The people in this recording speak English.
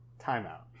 timeout